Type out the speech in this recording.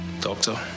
Doctor